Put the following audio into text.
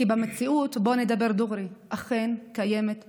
כי במציאות, בואו נדבר דוגרי, אכן קיימת הפרדה.